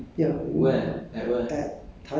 出家就是 become a monk